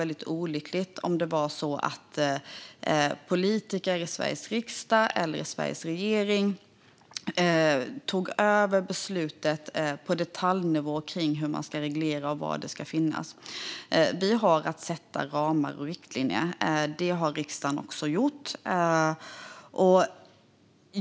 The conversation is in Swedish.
Jag tror dock att det skulle vara olyckligt om politiker i riksdagen eller regeringen tog över beslutet på detaljnivå när det gäller hur man ska reglera vargbeståndet och var vargarna ska finnas. Vi har att sätta ramar och riktlinjer. Det har riksdagen också gjort.